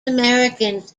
americans